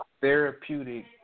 therapeutic